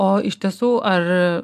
o iš tiesų ar